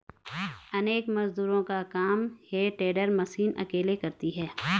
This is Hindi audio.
अनेक मजदूरों का काम हे टेडर मशीन अकेले करती है